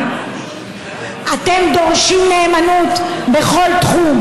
אתם דורשים נאמנות בכל תחום,